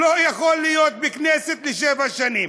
לא יכול להיות בכנסת לשבע שנים,